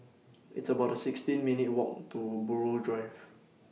It's about sixteen minutes' Walk to Buroh Drive